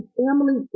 family